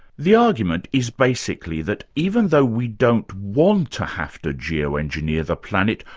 the argument is basically that even though we don't want to have to geoengineer the planet,